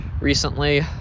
recently